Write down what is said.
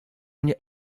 mnie